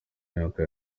myaka